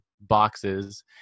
boxes